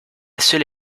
seule